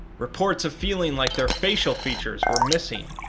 reports of feeling like their facial features were missing,